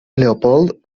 leopold